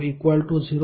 595 0